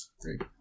Great